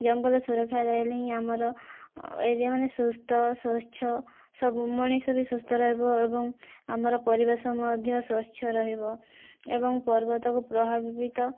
ଜଙ୍ଗଲ ସୁରକ୍ଷା ରହିଲେ ହିଁ ଆମର ଏରିୟାମାନେ ସୁସ୍ଥ ସ୍ଵଚ୍ଛ ସବୁ ମଣିଷ ବି ସୁସ୍ଥ ରହିବ ଏବଂ ଆମର ପରିବେଶ ମଧ୍ୟ ସ୍ଵଚ୍ଛ ରହିବ ଏବଂ ପର୍ବତକୁ ପ୍ରଭାବିତ